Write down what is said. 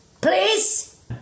please